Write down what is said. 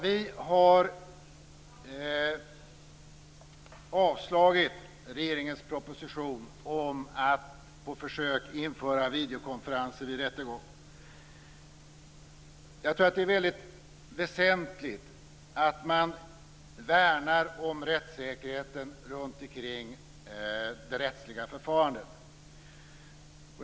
Vi har avstyrkt regeringens proposition om att på försök införa videokonferens i rättegång. Jag tror att det är mycket väsentligt att man värnar rättssäkerheten runt det rättsliga förfarandet.